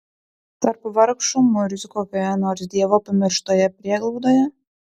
tarp vargšų murzių kokioje nors dievo pamirštoje prieglaudoje